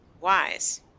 wise